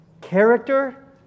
character